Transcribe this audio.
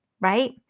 right